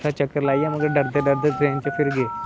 चक्कर लाई आए पर डरदे डरदे ट्रेन च फिर गे